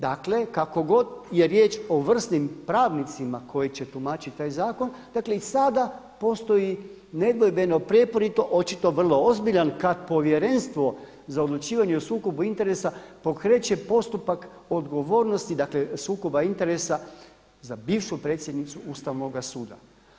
Dakle, kako god je riječ o vrsnim pravnicima koji će tumačiti taj zakon, dakle i sada postoji nedvojbeno prijeporito očito vrlo ozbiljan kada Povjerenstvo za odlučivanje o sukobu interesa pokreće postupak odgovornosti sukoba interesa za bivšu predsjednicu Ustavnoga suda.